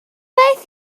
beth